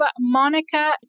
Monica